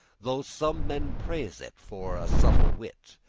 though some men praise it for a subtle wit,